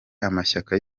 amashyaka